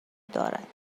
دارد